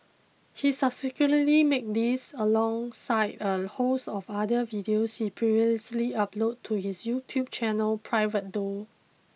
he subsequently made these alongside a host of other videos he previously uploaded to his YouTube channel private though